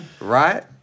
Right